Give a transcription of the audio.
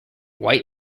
white